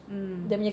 mm mm